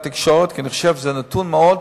התקשורת, כי אני חושב שזה נתון חשוב,